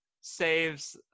saves